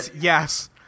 yes